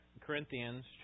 Corinthians